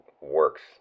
works